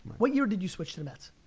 what year did you switch to mets?